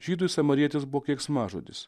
žydui samarietis buvo keiksmažodis